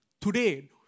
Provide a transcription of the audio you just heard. Today